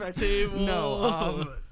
No